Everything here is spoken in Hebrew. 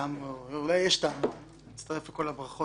אולי יש טעם להצטרף לכל הברכות